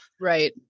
Right